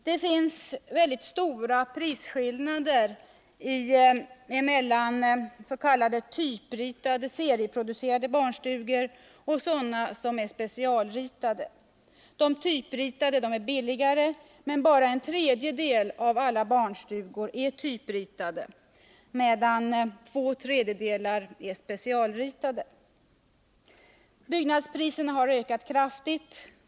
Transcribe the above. Det finns mycket stora prisskillnader mellan s.k. typritade serieproducerade barnstugor och specialritade barnstugor. De typritade är billigare. Men bara en tredjedel av alla barnstugor är typritade, medan två tredjedelar är specialritade. Byggnadspriserna har ökat kraftigt.